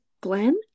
Glenn